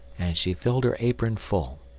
and she filled her apron full.